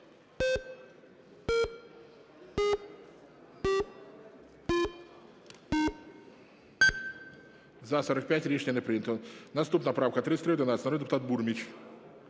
За-45 Рішення не прийнято. Наступна правка 3311, народний депутат Бурміч.